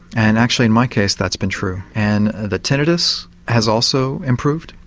and actually in my case that's been true, and the tinnitus has also improved.